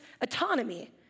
autonomy